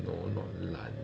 no not 烂